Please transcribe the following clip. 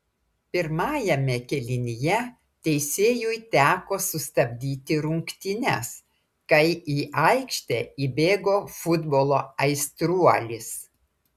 pirmajame kėlinyje teisėjui teko sustabdyti rungtynes kai į aikštę įbėgo futbolo aistruolis